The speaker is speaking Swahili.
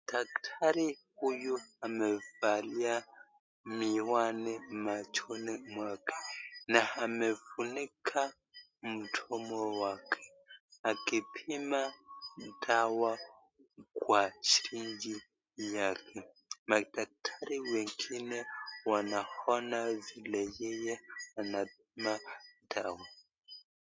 Daktari huyu amevalia miwani machoni mwake, na amefunika mdomo wake akipima dawa kwa sirinji yake. Madaktari wengine wanaona vile yeye anapima dawa.